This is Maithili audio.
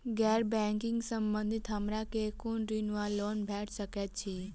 गैर बैंकिंग संबंधित हमरा केँ कुन ऋण वा लोन भेट सकैत अछि?